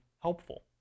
helpful